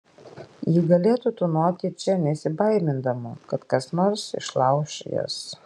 ji galėtų tūnoti čia nesibaimindama kad kas nors išlauš jas